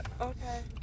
Okay